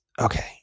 okay